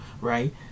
right